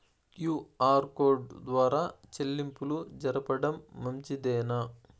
QR code ద్వారా చెల్లింపులు జరపడం మంచిదేనా?